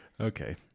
Okay